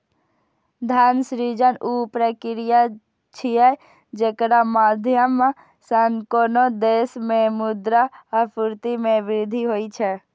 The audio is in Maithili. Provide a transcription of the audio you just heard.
धन सृजन ऊ प्रक्रिया छियै, जेकरा माध्यम सं कोनो देश मे मुद्रा आपूर्ति मे वृद्धि होइ छै